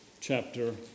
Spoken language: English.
chapter